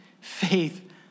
faith